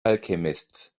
alchemists